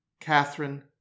Catherine